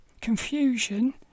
confusion